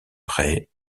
près